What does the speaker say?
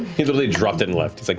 he literally dropped and left. like